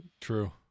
True